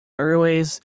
airways